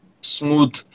smooth